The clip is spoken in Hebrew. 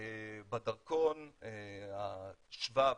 ובדרכון השבב,